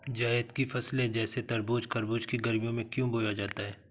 जायद की फसले जैसे तरबूज़ खरबूज को गर्मियों में क्यो बोया जाता है?